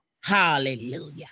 hallelujah